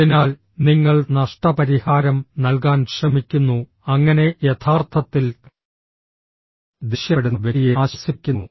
അതിനാൽ നിങ്ങൾ നഷ്ടപരിഹാരം നൽകാൻ ശ്രമിക്കുന്നു അങ്ങനെ യഥാർത്ഥത്തിൽ ദേഷ്യപ്പെടുന്ന വ്യക്തിയെ ആശ്വസിപ്പിക്കുന്നു